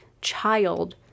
child